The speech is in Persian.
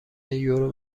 یورو